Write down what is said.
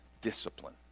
Discipline